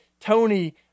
Tony